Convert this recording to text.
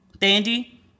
dandy